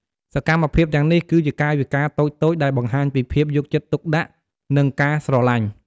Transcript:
សកម្មភាពទាំងនេះ គឺជាកាយវិការតូចៗដែលបង្ហាញពីភាពយកចិត្តទុកដាក់ និងការស្រឡាញ់។